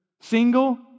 single